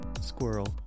Squirrel